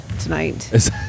tonight